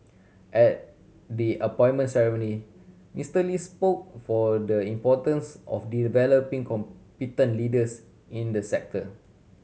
at the appointment ceremony Mister Lee spoke for the importance of developing competent leaders in the sector